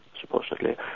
supposedly